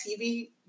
TV